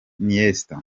iniesta